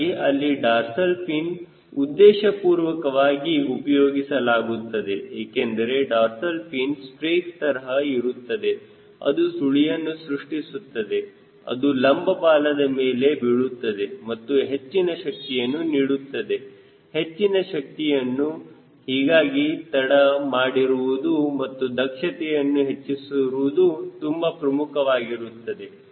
ಹೀಗಾಗಿ ಅಲ್ಲಿ dorsal fin ಉದ್ದೇಶಪೂರ್ವಕವಾಗಿ ಉಪಯೋಗಿಸಲಾಗುತ್ತದೆ ಏಕೆಂದರೆ ಡಾರ್ಸಲ್ ಫಿನ್ ಸ್ಟ್ರೇಕ್ಸ್ ತರಹ ಇರುತ್ತದೆ ಅದು ಸುಳಿಯನ್ನು ಸೃಷ್ಟಿಸುತ್ತದೆ ಅದು ಲಂಬ ಬಾಲದ ಮೇಲೆ ಬೀಳುತ್ತದೆ ಮತ್ತು ಹೆಚ್ಚಿನ ಶಕ್ತಿಯನ್ನು ನೀಡುತ್ತದೆ ಹೆಚ್ಚಿನ ಶಕ್ತಿಯನ್ನು ಹೀಗಾಗಿ ತಡ ಮಾಡಿರುವುದು ಮತ್ತು ದಕ್ಷತೆಯನ್ನು ಹೆಚ್ಚಿಸಿರುವುದು ತುಂಬಾ ಪ್ರಮುಖವಾಗಿರುತ್ತದೆ